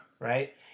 Right